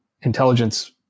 intelligence